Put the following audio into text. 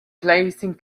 placing